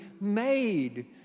made